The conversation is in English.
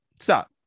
Stop